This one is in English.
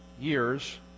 years